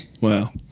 Wow